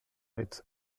its